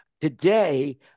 Today